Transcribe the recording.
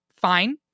fine